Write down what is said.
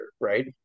right